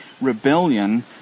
rebellion